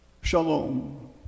Shalom